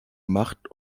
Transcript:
macht